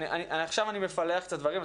עכשיו אני מפלח את הדברים,